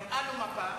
הראה לו מפה.